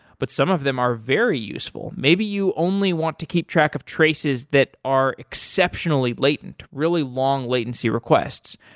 but some of them are very useful maybe you only want to keep track of traces that are exceptional latent really long latency requests.